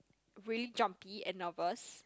really jumpy and nervous